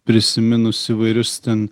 prisiminus įvairius ten